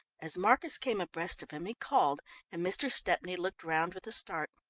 as marcus came abreast of him he called and mr. stepney looked round with a start.